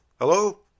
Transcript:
Hello